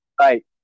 Right